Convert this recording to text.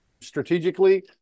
Strategically